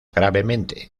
gravemente